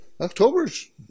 October's